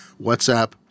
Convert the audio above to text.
WhatsApp